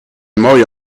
mooie